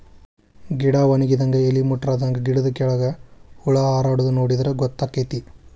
ಗಿಡಾ ವನಗಿದಂಗ ಎಲಿ ಮುಟ್ರಾದಂಗ ಗಿಡದ ಕೆಳ್ಗ ಹುಳಾ ಹಾರಾಡುದ ನೋಡಿರ ಗೊತ್ತಕೈತಿ